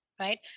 right